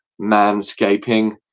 manscaping